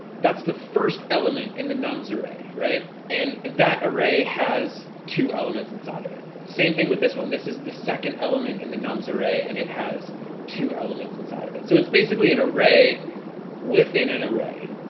that's the first element in the nums array right and that array has two elements inside of it. same thing with this one this is the second element in the numbers array and it has two elements inside of it. so it's basically an array within an array